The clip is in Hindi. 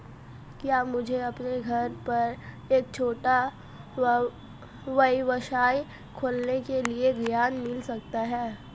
क्या मुझे अपने घर पर एक छोटा व्यवसाय खोलने के लिए ऋण मिल सकता है?